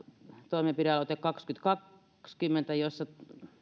toimenpidealoite kaksikymmentä jossa